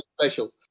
Special